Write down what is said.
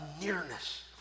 nearness